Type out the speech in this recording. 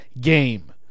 game